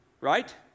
right